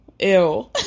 Ew